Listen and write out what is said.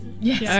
Yes